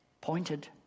pointed